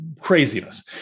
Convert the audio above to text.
craziness